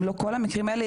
אם לא כל המקרים האלה,